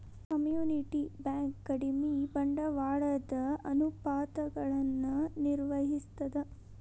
community bank ಕಡಿಮಿ ಬಂಡವಾಳದ ಅನುಪಾತಗಳನ್ನ ನಿರ್ವಹಿಸ್ತದ